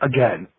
Again